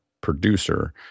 producer